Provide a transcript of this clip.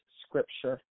scripture